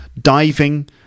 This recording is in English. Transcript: Diving